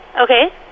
Okay